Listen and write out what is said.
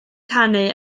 canu